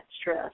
stress